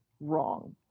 wrong